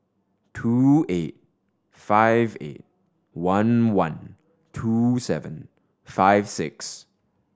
two eight five eight one one two seven five six